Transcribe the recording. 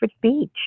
beach